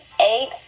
eight